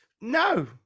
no